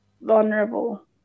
vulnerable